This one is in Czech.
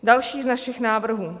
Další z našich návrhů.